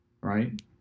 Right